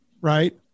Right